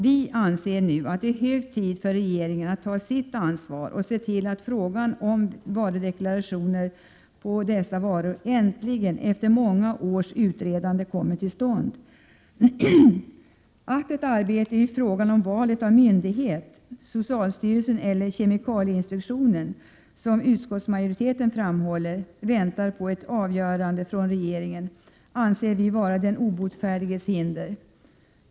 Vi anser att det nu är hög tid för regeringen att ta sitt ansvar och se till att frågan om varudeklaration för dessa produkter efter många års utredande äntligen kommer till stånd. Att frågan om valet av ansvarig myndighet — socialstyrelsen eller kemikalieinspektionen — väntar på ett avgörande från regeringen, som utskottsmajoriteten framhåller, anser vi vara den obotfärdiges hinder.